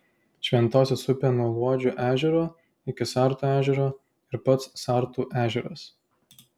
šventosios upė nuo luodžio ežero iki sartų ežero ir pats sartų ežeras